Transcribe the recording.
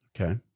Okay